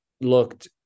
looked